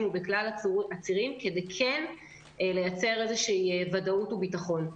ובכלל הצירים כדי לייצר ודאות וביטחון.